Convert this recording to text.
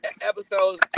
episodes